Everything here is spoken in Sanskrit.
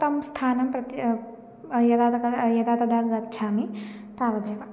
तं स्थानं प्रत्य यदा यदा तदा गच्छामि तावदेव